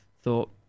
thought